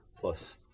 plus